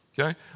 Okay